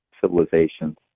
civilizations